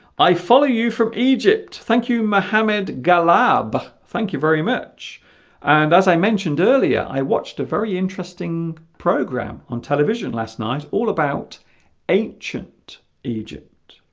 i follow you from egypt thank you mohammed ghalib thank you very much and as i mentioned earlier i watched a very interesting program on television last night all about ancient egypt